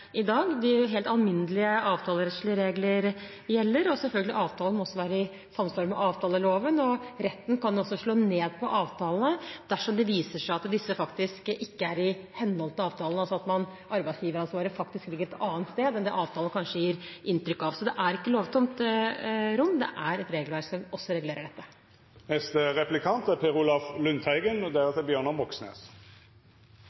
i dag. Helt alminnelige avtalerettslige regler gjelder. Avtalene må selvfølgelig også være i samsvar med avtaleloven, og retten kan slå ned på avtalene dersom det viser seg at disse ikke er i henhold til loven, altså at arbeidsgiveransvaret faktisk ligger et annet sted enn det avtalen kanskje gir inntrykk av. Så dette er ikke et lovtomt rom. Det er et regelverk som regulerer